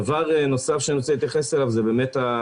דבר נוסף שאני רוצה להתייחס אליו זה ההיבט